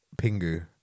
Pingu